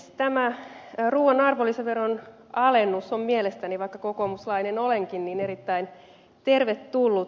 tämä ruuan arvonlisäveron alennus on mielestäni vaikka kokoomuslainen olenkin erittäin tervetullut